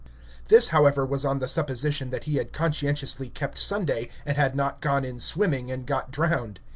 this, however, was on the supposition that he had conscientiously kept sunday, and had not gone in swimming and got drowned.